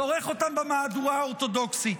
צורך אותם במהדורה האורתודוקסית.